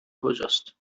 کجاست